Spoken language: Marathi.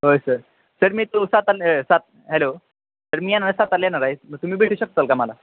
होय सर सर मी तू सात आले सात हॅलो सर मी येना सातारला येणार आहे तुम्ही भेटू शकताल का मला